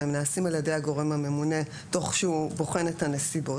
והם נעשים על ידי הגורם הממונה תוך שהוא בוחן את הנסיבות,